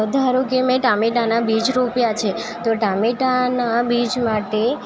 ધારો કે મેં ટામેટાના બીજ રોપ્યા છે તો ટામેટાંના બીજ માટે